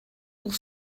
pour